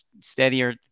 steadier